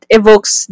evokes